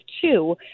two